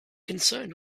concerned